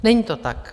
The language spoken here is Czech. Není to tak.